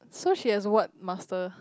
so she has what master